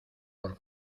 por